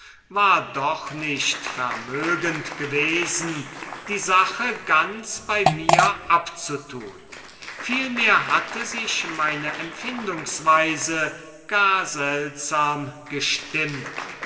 war doch nicht vermögend gewesen die sache ganz bei mir abzutun vielmehr hatte sich meine empfindungsweise gar seltsam gestimmt